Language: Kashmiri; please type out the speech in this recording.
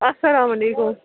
اَسَلام علیکُم